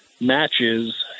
matches